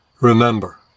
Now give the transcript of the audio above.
remember